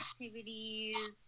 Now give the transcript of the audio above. activities